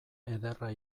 ederra